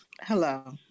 Hello